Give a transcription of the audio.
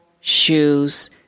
shoes